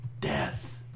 death